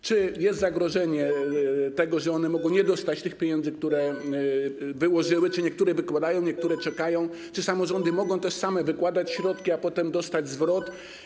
Czy jest zagrożenie, że one mogą nie dostać tych pieniędzy, które wyłożyły czy niektóre wykładają, niektóre czekają, czy samorządy mogą też same wykładać środki, a potem dostać zwrot?